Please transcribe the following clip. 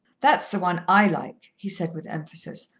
that's the one i like, he said with emphasis.